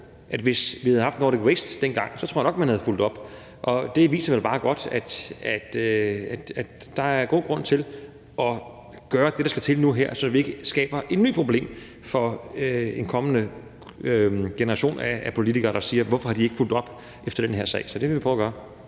at hvis vi havde haft Nordic Waste dengang, tror jeg nok, man havde fulgt op. Det viser vel bare tydeligt, at der er god grund til at gøre det, der skal til nu og her, så vi ikke skaber et nyt problem for en kommende generation af politikere, der siger: Hvorfor har de ikke fulgt op efter den her sag? Så det vil vi prøve at gøre.